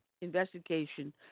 investigation